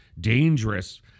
dangerous